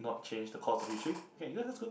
not change the course of history okay that that's good